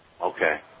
okay